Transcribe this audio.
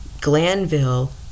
Glanville